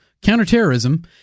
counterterrorism